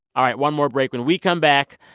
all right. one more break. when we come back,